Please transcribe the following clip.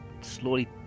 slowly